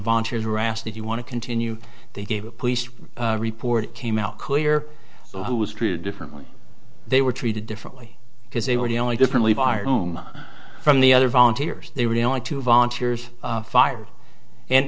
volunteers were asked if you want to continue they gave a police report came out could hear the who was treated differently they were treated differently because they were the only differently fired home from the other volunteers they were the only two volunteers fired and